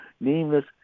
nameless